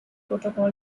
protocol